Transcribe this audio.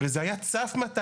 הרי זה היה צף מתישהו,